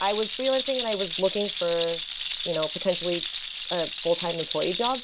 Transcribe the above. i was freelancing and i was looking for you know potentially a fulltime employee job.